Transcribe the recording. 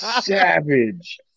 savage